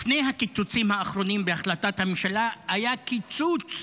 לפני הקיצוצים האחרונים בהחלטת הממשלה היה קיצוץ